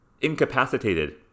Incapacitated